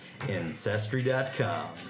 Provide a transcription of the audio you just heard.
Ancestry.com